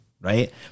right